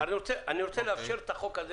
אני רוצה לאפשר את החוק הזה